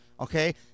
okay